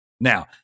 Now